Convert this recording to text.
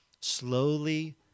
slowly